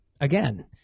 again